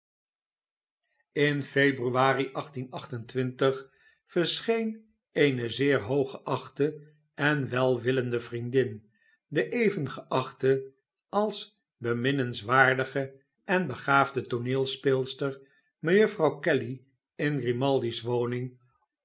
in februari verscheen eene zeerhooggeachte en welwillende vriendin de even geachte als beminnenswaardige en begaafdetooneelspeelster mejuffrouw kelly in grimaldi's woning